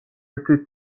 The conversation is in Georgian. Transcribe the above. ერთი